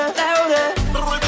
louder